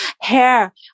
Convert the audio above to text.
hair